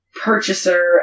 purchaser